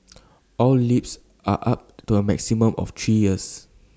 all leases are up to A maximum of three years